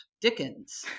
Dickens